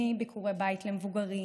ביקורי בית למבוגרים,